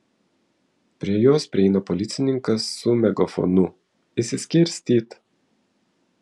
prie jos prieina policininkas su megafonu išsiskirstyt